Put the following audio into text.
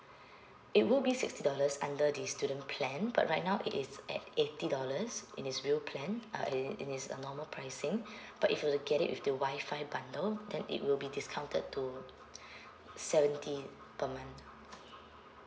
it will be sixty dollars under the student plan but right now it is at eighty dollars in this new plan uh in in this uh normal pricing but if you were to get it with the wifi bundle then it will be discounted to seventy per month